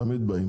הם תמיד באים.